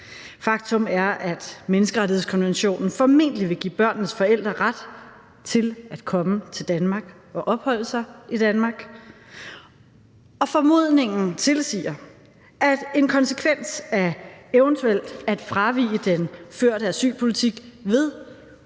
Faktum er, at menneskerettighedskonventionen formentlig vil give børnenes forældre ret til at komme til Danmark og opholde sig i Danmark. Og formodningen tilsiger, at en konsekvens af eventuelt at fravige den førte asylpolitik ved